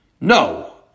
No